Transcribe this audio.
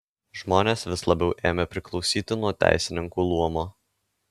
žmonės vis labiau ėmė priklausyti nuo teisininkų luomo